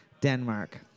Denmark